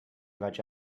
vaig